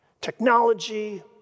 Technology